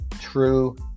True